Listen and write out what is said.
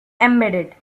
embedded